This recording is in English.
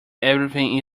everything